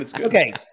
Okay